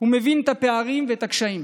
ומבין את הפערים ואת הקשיים.